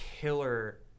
killer